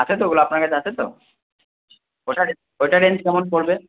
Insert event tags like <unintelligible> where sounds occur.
আছে তো ওগুলো আপনার কাছে আছে তো <unintelligible> ওটার রেঞ্জ কেমন পড়বে